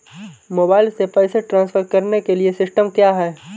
Mobile से पैसे transfer करने के लिए सिस्टम क्या है?